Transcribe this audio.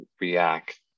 React